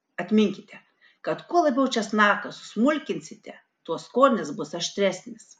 atminkite kad kuo labiau česnaką susmulkinsite tuo skonis bus aštresnis